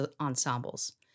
ensembles